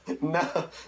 No